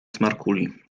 smarkuli